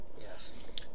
Yes